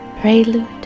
prelude